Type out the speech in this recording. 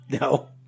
No